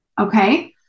okay